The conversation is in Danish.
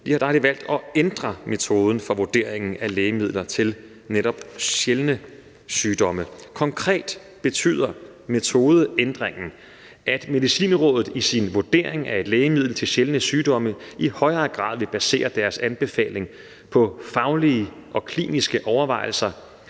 et år siden, valgt at ændre metoden for vurderingen af lægemidler til netop sjældne sygdomme. Konkret betyder metodeændringen, at Medicinrådet i sin vurdering af et lægemiddel til sjældne sygdomme i højere grad vil basere deres anbefaling på faglige og kliniske overvejelser